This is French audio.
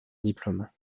diplôme